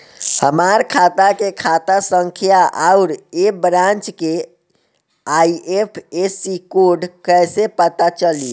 हमार खाता के खाता संख्या आउर ए ब्रांच के आई.एफ.एस.सी कोड कैसे पता चली?